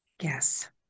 Yes